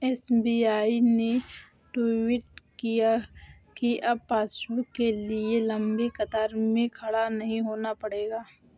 SBI ने tweet किया कि अब पासबुक के लिए लंबी कतार में खड़ा नहीं होना पड़ेगा